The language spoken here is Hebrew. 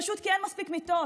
פשוט כי אין מספיק מיטות.